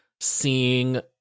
seeing